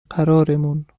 قرارمون